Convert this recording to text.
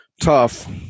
tough